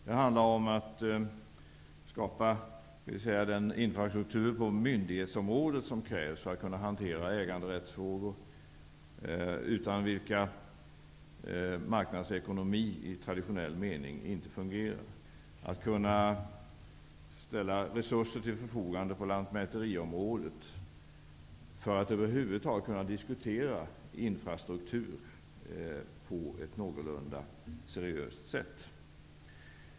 Det handlar om att skapa den infrastruktur på myndighetsområdet som krävs för att kunna hantera äganderättsfrågor, utan vilka marknadsekonomi i traditionell mening inte fungerar, att kunna ställa resurser till förfogande på lantmäteriområdet, för att över huvud taget kunna diskutera infrastruktur på ett någorlunda seriöst sätt.